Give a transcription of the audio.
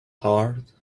heart